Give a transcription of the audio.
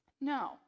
no